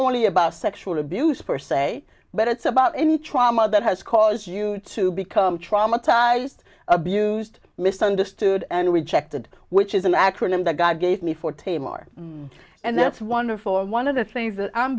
only about sexual abuse per se but it's about any trauma that has caused you to become traumatized abused misunderstood and rejected which is an acronym that god gave me for taymor and that's wonderful and one of the things that i'm